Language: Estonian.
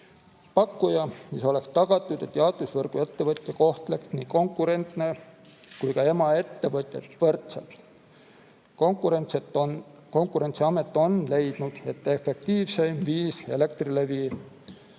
pakkuja), siis oleks tagatud, et jaotusvõrguettevõtja kohtleks nii konkurente kui ka emaettevõtet võrdselt. Konkurentsiamet on leidnud, et efektiivseim viis Elektrilevi OÜ